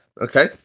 okay